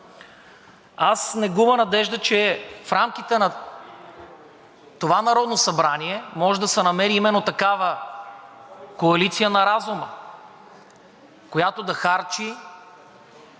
Не губя надежда, че в рамките на това Народно събрание може да се намери именно такава коалиция на разума, която да харчи